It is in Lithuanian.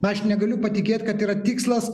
na aš negaliu patikėt kad yra tikslas